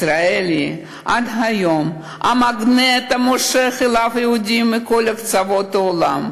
ישראל היא עד היום המגנט המושך אליו יהודים מכל קצוות העולם.